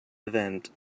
event